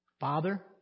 Father